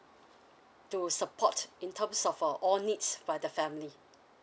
to support in terms of uh all needs by the family